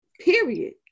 period